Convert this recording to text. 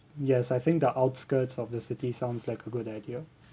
yes I think the outskirts of the city sounds like a good idea